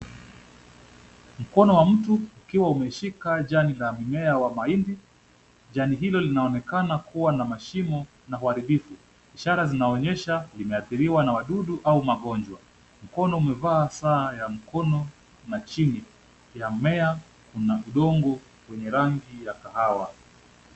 Mkono wa mtu ukiwa umeshika jani la mmea wa mahindi jani hilo linaonekana kuwa na mashimo na uharinifu. Ishara zinaonyesha limeadhiriwa na wadudu au magonjwa. Mkono umevaa saa ya mkono na chini ya mmea kuna udongo wenye rangi ya kahawa.